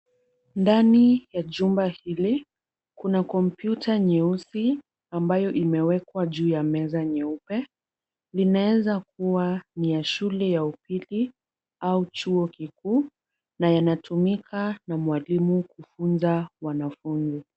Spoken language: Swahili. Ndani ya jumba hili kuna kompyuta nyeusi ambayo imewekwa juu ya meza nyeupe. Linaeza kuwa ni ya shule ya upili au chuo kikuu na na yanatumika na mwalimu kufunza wanafunzi.